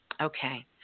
okay